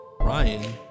ryan